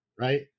right